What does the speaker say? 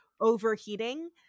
overheating